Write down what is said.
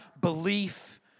belief